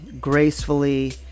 gracefully